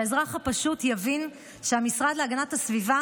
שהאזרח הפשוט יבין שהמשרד להגנת הסביבה